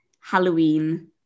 Halloween